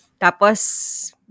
Tapos